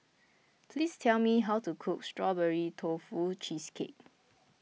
please tell me how to cook Strawberry Tofu Cheesecake